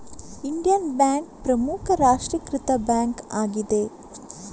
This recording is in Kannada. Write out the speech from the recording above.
ಇಂಡಿಯನ್ ಬ್ಯಾಂಕ್ ಪ್ರಮುಖ ರಾಷ್ಟ್ರೀಕೃತ ಬ್ಯಾಂಕ್ ಆಗಿದೆ